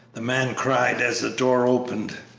the man cried, as the door opened,